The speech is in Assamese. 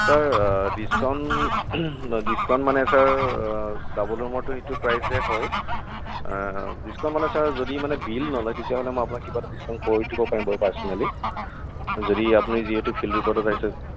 ছাৰ ডিচকাউণ্ট ডিচকাউণ্ট মানে ছাৰ ডাবল ৰুমৰটো সেইটো প্ৰাইছে হয় ডিচকাউণ্ট মানে চাৰ যদি মানে বিল নলয় তেতিয়াহ'লে মই আপোনাক কিবা এটা ডিচকাউণ্ট কৰি দিব পাৰিম বাৰু পাৰ্চনেলি যদি আপুনি যিহেতু ফিল্ড ট্ৰিপতে যায় চব